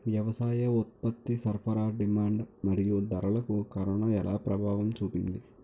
వ్యవసాయ ఉత్పత్తి సరఫరా డిమాండ్ మరియు ధరలకు కరోనా ఎలా ప్రభావం చూపింది